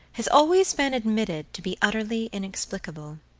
has always been admitted to be utterly inexplicable.